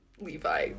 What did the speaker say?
Levi